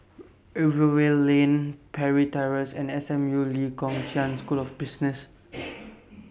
Rivervale Lane Parry Terrace and S M U Lee Kong Chian School of Business